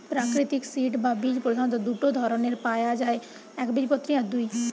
প্রাকৃতিক সিড বা বীজ প্রধাণত দুটো ধরণের পায়া যায় একবীজপত্রী আর দুই